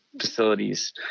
facilities